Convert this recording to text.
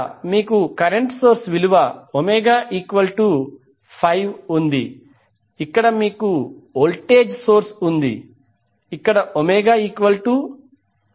ఇక్కడ మీకు current source విలువ ω 5 ఉంది ఇక్కడ మీకు వోల్టేజ్ సోర్స్ ఉంది ఇక్కడ ω 2